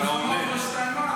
מי אישר?